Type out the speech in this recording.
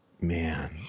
Man